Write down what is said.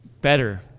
better